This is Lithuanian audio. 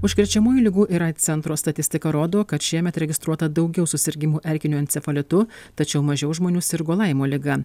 užkrečiamųjų ligų ir aids centro statistika rodo kad šiemet registruota daugiau susirgimų erkiniu encefalitu tačiau mažiau žmonių sirgo laimo liga